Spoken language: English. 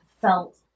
felt